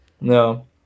No